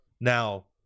Now